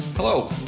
Hello